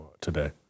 today